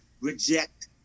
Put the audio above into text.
reject